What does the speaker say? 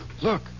Look